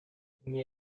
nie